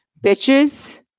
bitches